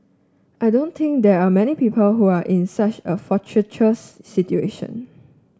I don't think there are many people who are in such a fortuitous situation